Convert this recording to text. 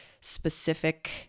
specific